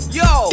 yo